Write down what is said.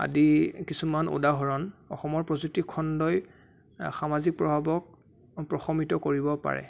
আদি কিছুমান উদাহৰণ অসমৰ প্ৰযুক্তিখণ্ডই সামাজিক প্ৰভাৱক প্ৰশমিত কৰিব পাৰে